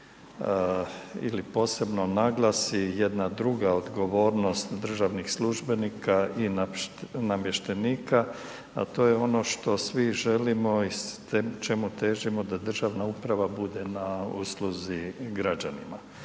ili posebno naglasi jedna druga odgovornost državnih službenika i namještenika, a to je ono što svi želimo i čemu težimo da državna uprava bude na usluzi građanima.